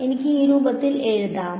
എനിക്ക് ഈ രൂപത്തിൽ എഴുതാമോ